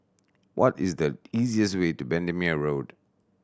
what is the easiest way to Bendemeer Road